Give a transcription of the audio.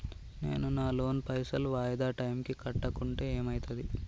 నేను నా లోన్ పైసల్ వాయిదా టైం కి కట్టకుంటే ఏమైతది?